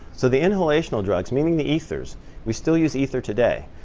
so the inhalational drugs, meaning the ethers we still use ether today.